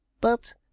But